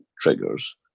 triggers